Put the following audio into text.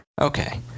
Okay